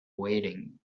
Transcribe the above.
waiting